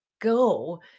go